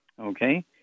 Okay